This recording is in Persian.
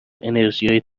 انرژیهای